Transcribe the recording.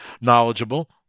knowledgeable